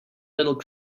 little